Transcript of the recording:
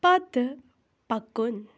پتہٕ پکُن